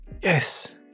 Yes